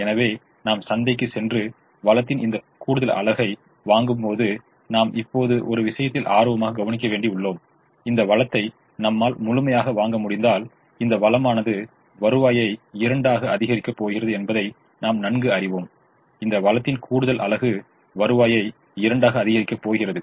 எனவே நாம் சந்தைக்குச் சென்று வளத்தின் இந்த கூடுதல் அலகு வாங்கும்போது நாம் இப்போது ஒரு விஷயத்தில் ஆர்வமாக கவனிக்க வேண்டி உள்ளோம் இந்த வளத்தை நம்மால் முழுமையாக வாங்க முடிந்தால் இந்த வளமானது வருவாயை 2 ஆக அதிகரிக்கப் போகிறது என்பதை நாம் நன்கு அறிவோம் இந்த வளத்தின் கூடுதல் அலகு வருவாயை 2 ஆக அதிகரிக்கப் போகிறது